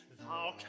thou